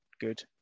good